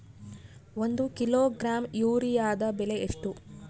ಒಂದು ಕಿಲೋಗ್ರಾಂ ಯೂರಿಯಾದ ಬೆಲೆ ಎಷ್ಟು?